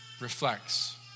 reflects